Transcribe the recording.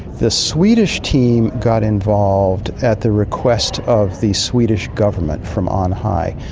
the swedish team got involved at the request of the swedish government, from on high.